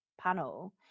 panel